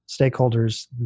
stakeholders